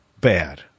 bad